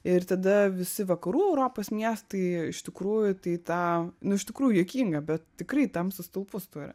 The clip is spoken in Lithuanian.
ir tada visi vakarų europos miestai iš tikrųjų tai ta nu iš tikrųjų juokinga bet tikrai tamsius stulpus turi